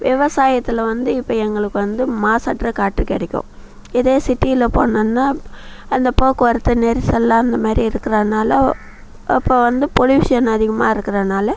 விவசாயத்தில் வந்து இப்போ வந்து எங்களுக்கு மாசற்ற காற்று கிடைக்கும் இதே சிட்டியில் போனேன்னா அந்தப் போக்குவரத்து நெரிசல் அந்தமாதிரி இருக்கிறதுனால அப்போ வந்து பொல்யூஷன் அதிகமாக இருக்கிறதுனால்